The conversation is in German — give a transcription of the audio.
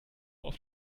auf